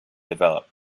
develop